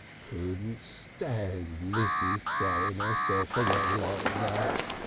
couldn't stand lizzie throwin' herself away like that,